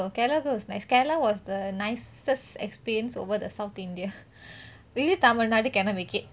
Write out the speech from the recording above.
ya kerala go kerala go kerala was the nicest experience over the south india really tamilnadu cannot make it ah